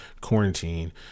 quarantine